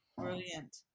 Brilliant